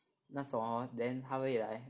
那种 hor then 他会来